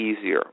easier